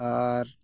ᱟᱨ